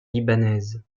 libanaise